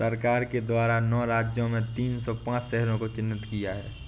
सरकार के द्वारा नौ राज्य में तीन सौ पांच शहरों को चिह्नित किया है